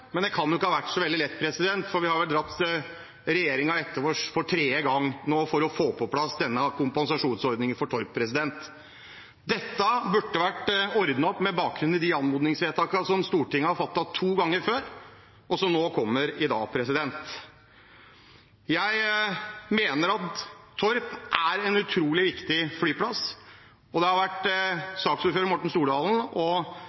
Men det kan ikke ha vært så veldig lett, for vi har dratt regjeringen etter oss for tredje gang for få på plass denne kompensasjonsordningen for Torp. Dette burde vært ordnet opp i med bakgrunn i de anmodningsvedtakene som Stortinget har fattet to ganger før, og som nå kommer i dag. Jeg mener at Torp er en utrolig viktig flyplass, og saksordfører Morten Stordalen og representanten Sverre Myrli har kjempet mye, sammen med Dag Terje Andersen, og